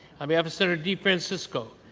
on behalf of senator defrancisco,